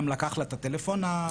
וזה הדרך היחידה לטפל בה.